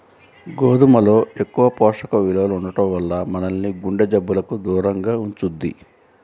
గోధుమల్లో ఎక్కువ పోషక విలువలు ఉండటం వల్ల మనల్ని గుండె జబ్బులకు దూరంగా ఉంచుద్ది